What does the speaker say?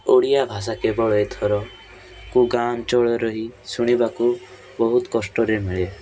ଓଡ଼ିଆ ଭାଷା କେବଳ ଏଥର କେଉଁ ଗାଁ ଅଞ୍ଚଳରେ ହିଁ ଶୁଣିବାକୁ ବହୁତ କଷ୍ଟରେ ମିଳେ